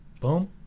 boom